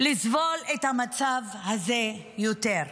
לסבול את המצב הזה יותר.